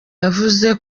yavuze